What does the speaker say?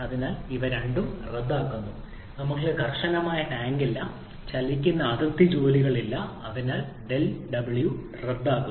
അതിനാൽ ഇവ രണ്ടും റദ്ദാക്കുന്നു ഞങ്ങൾക്ക് കർശനമായ ടാങ്ക് ഇല്ല ചലിക്കുന്ന അതിർത്തി ജോലികളില്ല അതിനാൽ ∂W റദ്ദാക്കുന്നു